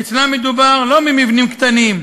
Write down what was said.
אצלם מדובר לא במבנים קטנים,